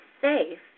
safe